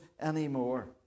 anymore